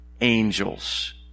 angels